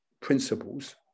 principles